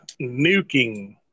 nuking